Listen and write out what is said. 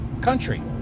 country